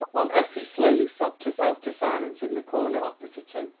while effie slowly sobbed herself to silence in the corner opposite to him,